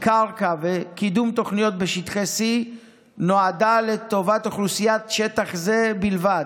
קרקע וקידום תוכניות בשטחי C נועדו לטובת אוכלוסיית שטח זה בלבד,